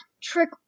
Trick